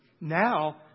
Now